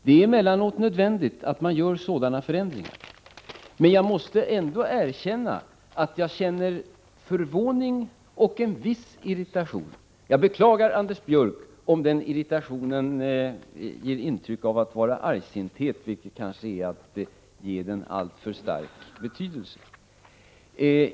Det är emellanåt nödvändigt att man gör sådana förändringar. Men jag måste ändå erkänna att jag känner förvåning och en viss irritation. Jag beklagar, Anders Björck, om den irritationen ger intryck av att vara argsinthet — vilket kanske är att ge den alltför stor betydelse.